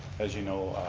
as you know,